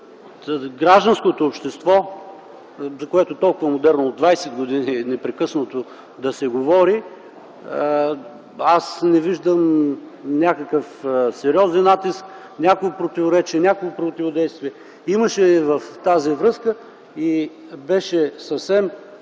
до гражданското общество, за което е толкова модерно от двадесет години непрекъснато да се говори, аз не виждам някакъв сериозен натиск, някакво противоречие, някакво противодействие. Имаше в тази връзка и беше съвсем